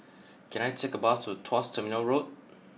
can I take a bus to Tuas Terminal Road